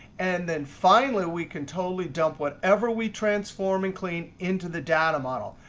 and then finally, we can totally dump whatever we transform and clean into the data model.